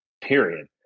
period